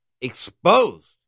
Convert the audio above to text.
exposed